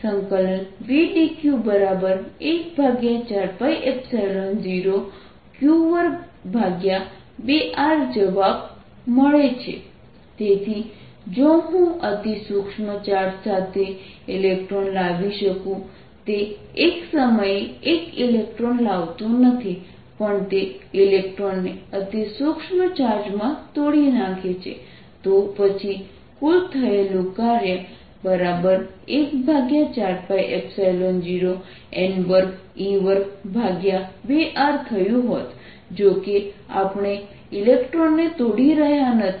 કુલ થયેલ કાર્યn0N 114π0ne2R14π0N2R V dq14π00QqRdq14π0Q22R તેથી જો હું અતિ સૂક્ષ્મ ચાર્જ સાથે ઇલેક્ટ્રોન લાવી શકું તે એક સમયે 1 ઇલેક્ટ્રોન લાવતું નથી પણ તે ઇલેક્ટ્રોનને અતિ સૂક્ષ્મ ચાર્જમાં તોડી નાખે છે તો પછી કુલ થયેલું કાર્ય 14π0N2e22R થયું હોત જો કે આપણે ઇલેક્ટ્રોન તોડી રહ્યા નથી